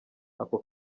ako